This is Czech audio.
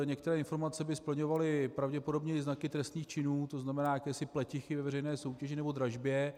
Některé informace by splňovaly pravděpodobně i znaky trestných činů, tzn. jakési pletichy ve veřejné soutěži nebo dražbě.